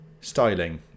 styling